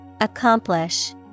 Accomplish